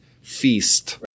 feast